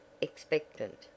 expectant